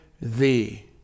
thee